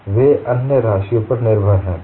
वे अन्य राशियाँ पर निर्भर हैं